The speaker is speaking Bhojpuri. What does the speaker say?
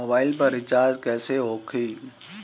मोबाइल पर रिचार्ज कैसे होखी?